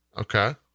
Okay